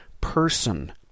person